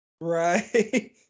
Right